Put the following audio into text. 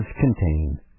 contain